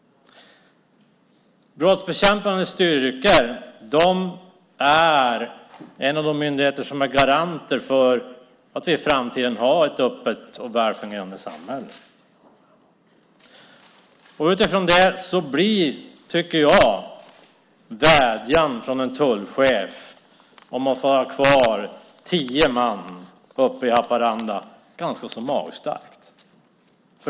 Brottsbekämpande styrkor hör till de myndigheter som är garanter för att vi i framtiden har ett öppet och väl fungerande samhälle. Utifrån det blir vädjan från en tullchef om att få ha kvar tio man uppe i Haparanda något ganska magstarkt.